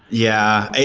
yeah.